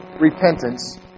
repentance